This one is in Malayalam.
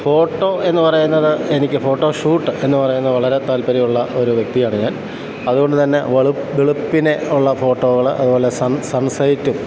ഫോട്ടോ എന്നുപറയുന്നത് എനിക്ക് ഫോട്ടോ ഷൂട്ട് എന്നു പറയുന്നത് വളരെ താല്പര്യമുള്ള ഒരു വ്യക്തിയാണ് ഞാൻ അതുകൊണ്ടുതന്നെ വളുപ്പ് വെളുപ്പിനുള്ള ഫോട്ടോകൾ അതുപോലെ സൺ സൺ സൈറ്റും